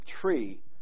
tree